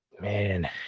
man